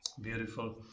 Beautiful